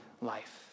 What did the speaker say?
life